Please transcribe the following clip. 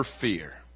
fear